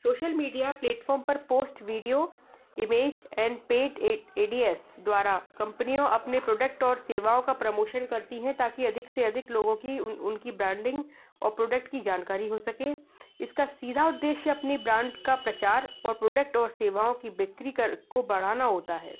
social media platform पर post video image and paid A D S द्वारा कम्पनियों अपने प्रोडक्ट और सेवाओं का प्रमोशन करती हैं ताकि अधिक से अधिक लोगों की उन उनकी ब्रांडिंग और प्रोडक्ट की जानकारी हो सके इसका सीधा उद्देश्य अपनी ब्रांड का प्रचार और प्रोडक्ट और सेवाओं की बिक्री कर को बढ़ाना होता है